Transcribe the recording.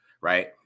right